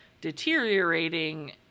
deteriorating